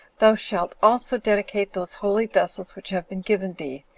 thou shalt also dedicate those holy vessels which have been given thee,